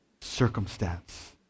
circumstance